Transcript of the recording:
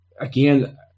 again